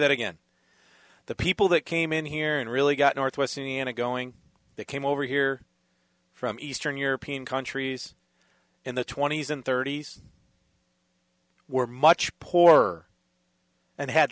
that again the people that came in here and really got northwest indiana going they came over here from eastern european countries in the twenty's and thirty's were much poorer and had